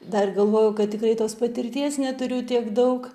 dar galvojau kad tikrai tos patirties neturiu tiek daug